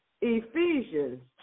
Ephesians